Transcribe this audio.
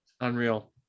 Unreal